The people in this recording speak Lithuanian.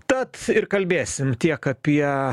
tad ir kalbėsim tiek apie